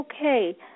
Okay